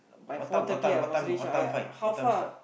what time what time what time find what time start